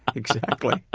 exactly.